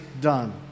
done